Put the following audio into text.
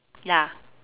ya